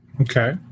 Okay